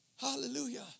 Hallelujah